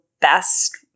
best